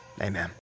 Amen